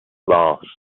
last